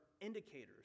indicators